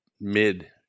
mid